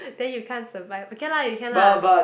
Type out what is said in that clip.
then you can't survive okay lah you can lah